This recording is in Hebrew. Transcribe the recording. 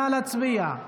נא להצביע.